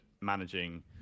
managing